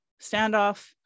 standoff